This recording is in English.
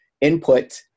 input